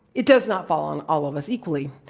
it does not fall on all of us equally.